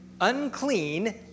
unclean